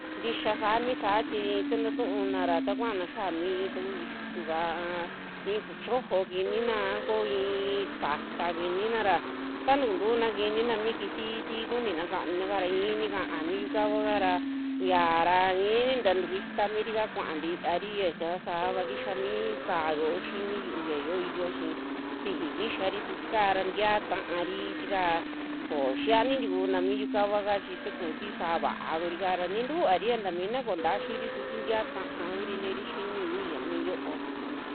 Ntixaa saa, mi saa chi taa tatuuna ra tami kuaana xia mi taku isuu kaa a i'i kuchojo kinina a koo i'i saata kinina ra, ta tukuntuuna kinina mi kiti ti kunina kaanina kara i'ini kaa mi yu'ukava ra xiaara i'ini ta tukuita mirika kuaa ntivari yaka kua saava kixaa mi sa'a yoo xini yu'u ya yioiyo chi siji kixari su tikaa ra ntiaa ta'ari, tika koo xiaani ntikuna mi yu'ukava kaa chi ta tuu ti sa'aa va'a kurikara ni ntuvaari ta mina koo ntaa xiiri su ti ntiaa ta'a uri teeri xiniyu ya mi yo'o.